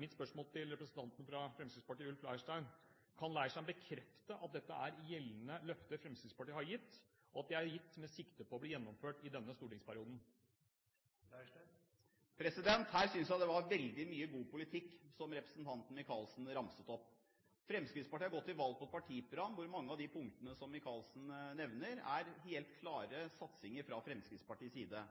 Mitt spørsmål til representanten fra Fremskrittspartiet, Ulf Leirstein, er: Kan Leirstein bekrefte at dette er gjeldende løfter Fremskrittspartiet har gitt, og at de er gitt med sikte på at de skal gjennomføres i denne stortingsperioden? Her synes jeg det var veldig mye god politikk som representanten Micaelsen ramset opp. Fremskrittspartiet har gått til valg på et partiprogram hvor mange av de punktene som Micaelsen nevner, er helt klare satsinger fra Fremskrittspartiets side.